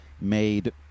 made